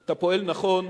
אתה פועל נכון,